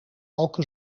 elke